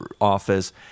office